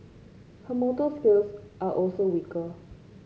her motor skills are also weaker